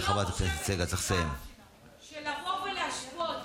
החטא שלו, שנולד